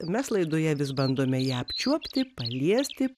mes laidoje vis bandome ją apčiuopti paliesti